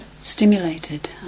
Stimulated